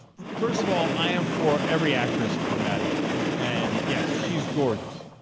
first of all i am for every actress and mad mad and yes she's gorgeous